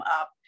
up